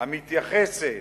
המתייחסת